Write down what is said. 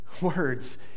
words